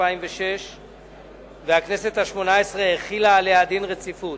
2006 והכנסת השמונה-עשרה החילה עליה דין רציפות.